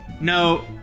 No